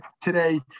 today